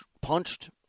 punched